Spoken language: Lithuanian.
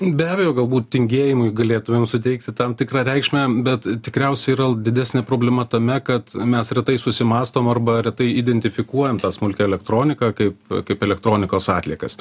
be abejo galbūt tingėjimui galėtumėm suteikti tam tikrą reikšmę bet tikriausiai yra didesnė problema tame kad mes retai susimąstom arba retai identifikuojam tą smulkią elektroniką kaip kaip elektronikos atliekas